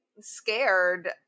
scared